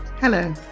Hello